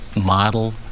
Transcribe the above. model